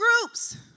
groups